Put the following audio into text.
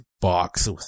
box